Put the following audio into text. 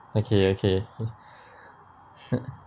okay okay